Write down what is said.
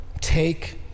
take